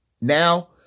now